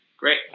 Great